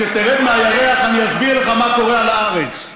כשתרד מהירח אני אסביר לך מה קורה על הארץ.